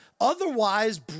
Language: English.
otherwise